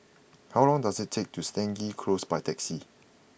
how long does it take to Stangee Close by taxi